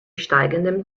steigendem